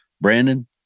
Brandon